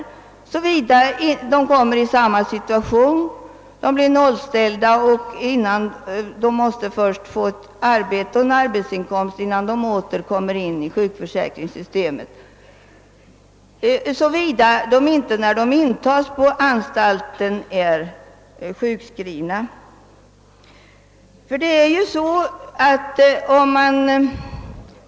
De måste på nytt få arbete och inkomst, innan de åter kommer in i sjukförsäkringssystemet, såvida de inte varit sjukskrivna vid intagningen på anstalten.